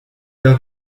d’un